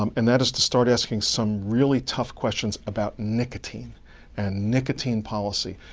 um and that is to start asking some really tough questions about nicotine and nicotine policy.